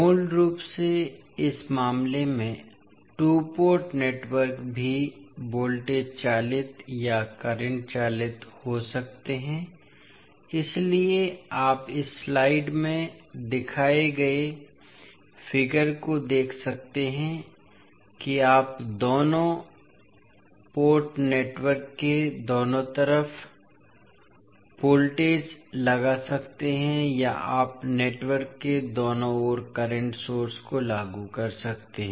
मूल रूप से इस मामले में टू पोर्ट नेटवर्क भी वोल्टेज चालित या करंट चालित हो सकते हैं इसलिए आप इस स्लाइड में दिखाए गए आंकड़े को देख सकते हैं कि आप दोनों पोर्ट नेटवर्क के दोनों तरफ वोल्टेज लगा सकते हैं या आप नेटवर्क के दोनों ओर करंट सोर्स को लागू कर सकते हैं